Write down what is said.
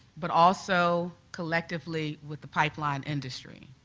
but also collectively with the pipeline industry.